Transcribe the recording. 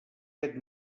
set